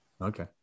Okay